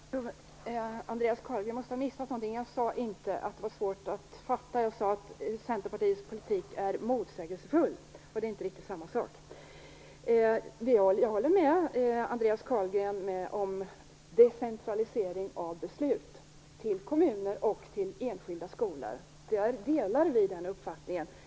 Herr talman! Andreas Carlgren måste ha missat någonting. Jag sade inte att det var svårt att förstå. Jag sade att Centerpartiets politik är motsägelsefull, och det är inte riktigt samma sak. Jag håller med Andreas Carlgren i fråga om decentraliseringen av beslut till kommuner och till enskilda skolor. Vi delar den uppfattningen.